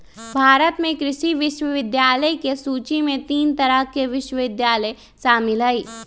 भारत में कृषि विश्वविद्यालय के सूची में तीन तरह के विश्वविद्यालय शामिल हई